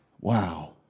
Wow